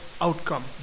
outcome